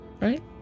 Right